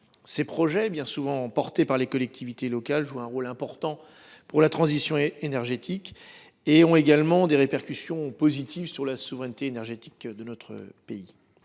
Ces projets, bien souvent portés par les collectivités locales, jouent un rôle important dans la transition énergétique, ont des répercussions positives sur la souveraineté énergétique et